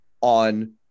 on